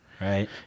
Right